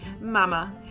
mama